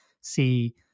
see